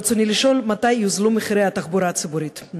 ברצוני לשאול: מתי יוזלו הנסיעות בתחבורה הציבורית?